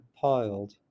piled